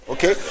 Okay